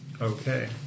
Okay